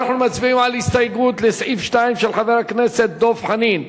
אנחנו מצביעים על הסתייגות לסעיף 2 של חבר הכנסת דב חנין.